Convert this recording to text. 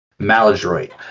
Maladroit